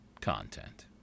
content